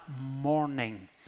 morning